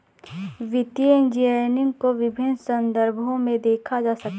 वित्तीय इंजीनियरिंग को विभिन्न संदर्भों में देखा जा सकता है